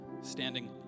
standing